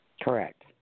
correct